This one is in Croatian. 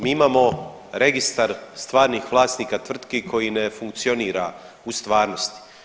Mi imamo registar stvarnih vlasnika tvrtki koji ne funkcionira u stvarnosti.